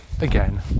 Again